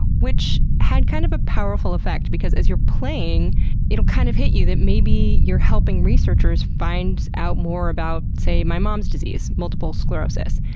which had kind of a powerful effect because as you're playing it'll kind of hit you that maybe you're helping researchers find out more about, say, my mom's disease, multiple sclerosis.